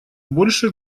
больше